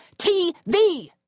TV